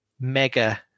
mega